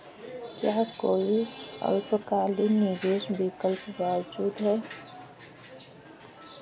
क्या कोई अल्पकालिक निवेश विकल्प मौजूद है?